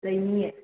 ꯂꯩꯅꯤꯌꯦ